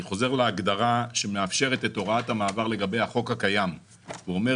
אני חוזר להגדרה שמאפשרת את הוראת המעבר לגבי החוק הקיים ואומרת